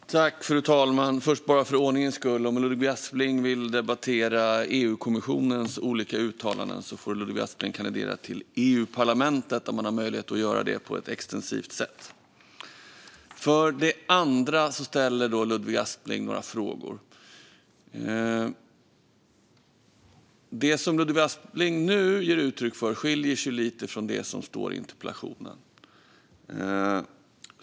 Fru talman! För det första vill jag för ordningens skull säga att om Ludvig Aspling vill debattera EU-kommissionens olika uttalanden får Ludvig Aspling kandidera till EU-parlamentet, där man har möjlighet att göra det på ett extensivt sätt. För det andra ställer Ludvig Aspling några frågor. Det som Ludvig Aspling nu ger uttryck för skiljer sig lite från det som står i interpellationen.